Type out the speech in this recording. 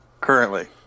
currently